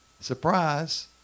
surprise